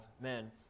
men